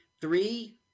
Three